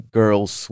girls